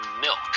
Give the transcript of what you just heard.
milk